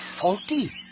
faulty